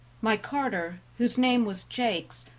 my carter, whose name was jakes,